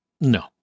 No